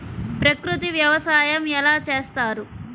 ప్రకృతి వ్యవసాయం ఎలా చేస్తారు?